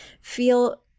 feel